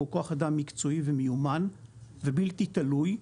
הוא כוח אדם מקצועי ומיומן ובלתי תלוי,